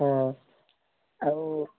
ହଁ ଆଉ